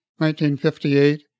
1958